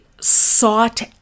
sought